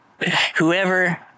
whoever